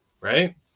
right